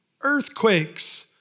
earthquakes